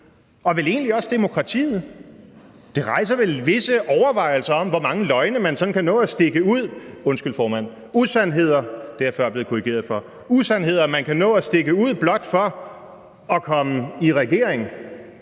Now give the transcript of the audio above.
og vel egentlig også demokratiet. Det rejser vel visse overvejelser om, hvor mange løgne man sådan kan nå at stikke ud – undskyld, formand, usandheder, det er jeg før blevet korrigeret for – hvor mange usandheder man kan nå at stikke ud blot for at komme i regering.